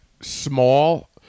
small